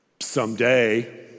Someday